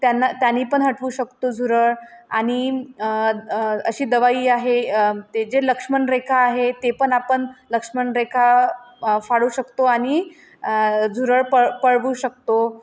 त्यांना त्याने पण हटवू शकतो झुरळ आणि अशी दवाई आहे ते जे लक्ष्मण रेखा आहे ते पण आपण लक्ष्मण रेखा फाडू शकतो आणि झुरळ प पळवू शकतो